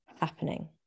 happening